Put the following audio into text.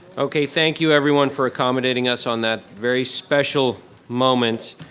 okay, thank you everyone for accommodating us on that very special moment.